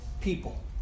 people